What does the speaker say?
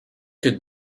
could